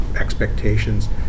expectations